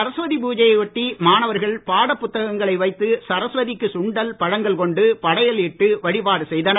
சரஸ்வதி பூஜையை ஒட்டி மாணவர்கள் பாடப் புத்தகங்களை வைத்து சரஸ்திக்கு சுண்டல் பழங்கள் கொண்டு படையல் இட்டு வழிபாடு செய்தனர்